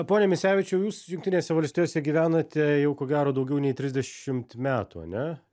pone misevičiau jūs jungtinėse valstijose gyvenate jau ko gero daugiau nei trisdešimt metų ar ne